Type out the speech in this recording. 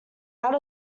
out